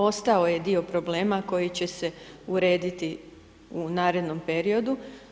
Ostao je dio problema koji će se urediti u narednom periodu.